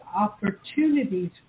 opportunities